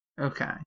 Okay